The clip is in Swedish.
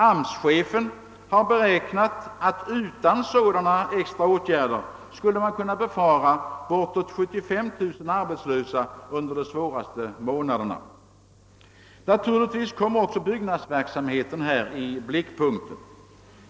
AMS-chefen har beräknat att utan sådana extra åtgärder skulle man kunna befara bortåt 75 000 arbetslösa under de svåraste månaderna. Naturligtvis kommer också byggnadsverksamheten här in i blickpunkten.